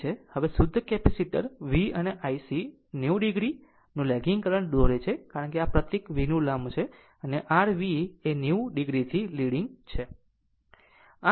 હવે શુદ્ધ capacitor V અને IC સાથે 90 oનો લીડીગ કરંટ દોરે છે કારણ કે આ પ્રતીક Vનું લંબ છે અને r V એ 90 o થી લીડીગ છે